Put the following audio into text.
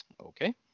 Okay